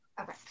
Okay